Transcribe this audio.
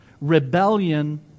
rebellion